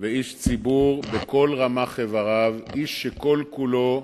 ואיש ציבור בכל רמ"ח איבריו, איש שכל-כולו,